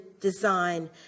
design